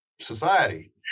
society